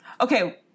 Okay